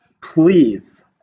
Please